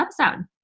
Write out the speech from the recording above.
episode